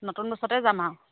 নতুন বছৰতে যাম আৰু